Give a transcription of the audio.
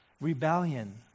rebellion